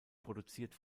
produziert